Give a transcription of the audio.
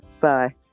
Bye